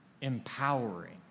empowering